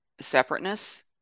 separateness